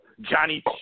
Johnny